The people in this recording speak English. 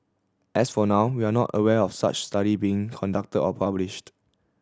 as for now we are not aware of such study being conducted or published